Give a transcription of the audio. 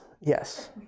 Yes